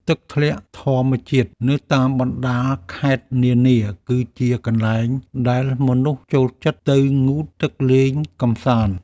ទឹកធ្លាក់ធម្មជាតិនៅតាមបណ្តាខេត្តនានា គឺជាកន្លែងដែលមនុស្សចូលចិត្តទៅងូតទឹកលេងកម្សាន្ត។